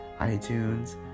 iTunes